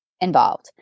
involved